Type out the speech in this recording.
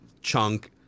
chunk